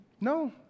No